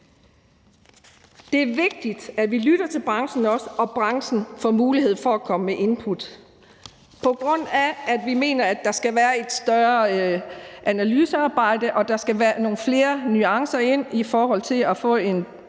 Det er vigtigt, at vi også lytter til branchen, og at branchen får mulighed for at komme med input. På grund af at vi mener, at der skal være et større analysearbejde, og at der skal nogle flere nuancer ind i forhold til at få en